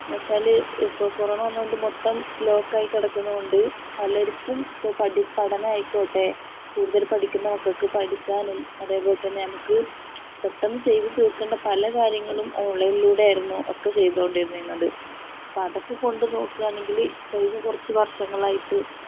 എന്നുവച്ചാല് ഇപ്പോള് കൊറോണ വന്നതുകൊണ്ടു മൊത്തം ബ്ലോക്കായി കിടക്കുന്നതുകൊണ്ടു പലർക്കും ഇപ്പോള് പഠനമായിക്കോട്ടെ കൂടുതൽ പഠിക്കുന്ന മക്കള്ക്കു പഠിക്കാനും അതേപോലെ തന്നെ നമുക്കു പെട്ടെന്നു ചെയ്തുതീർക്കേണ്ട പല കാര്യങ്ങളും ഓൺലൈനിലൂടെയായിരുന്നു ഒക്കെ ചെയ്തുകൊണ്ടിരുന്നത് അപ്പോള് അതൊക്കെക്കൊണ്ടു നോക്കുകയാണെങ്കില് കഴിഞ്ഞ കുറച്ചു വർഷങ്ങളായിട്ട്